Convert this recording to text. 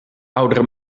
oudere